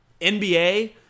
NBA